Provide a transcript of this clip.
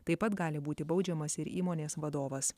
taip pat gali būti baudžiamas ir įmonės vadovas